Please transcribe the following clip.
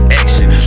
action